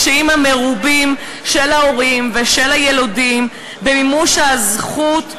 הקשיים המרובים של ההורים ושל היילודים במימוש הזכות,